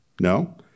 no